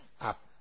up